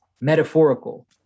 metaphorical